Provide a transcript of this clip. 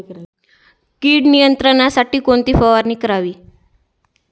कीड नियंत्रणासाठी कोणती फवारणी करावी?